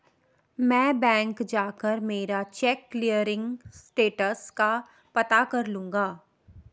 मैं बैंक जाकर मेरा चेक क्लियरिंग स्टेटस का पता कर लूँगा